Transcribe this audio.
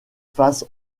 face